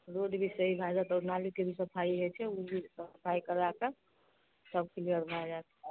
road भी सही भए जायत आओर नालीके भी सफाइ होइ छै ओ भी सफाइ करवाय कऽ सभ क्लियर भए जायत